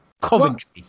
coventry